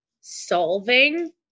solving